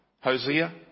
Hosea